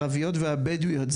הערביות והבדואיות.